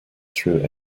through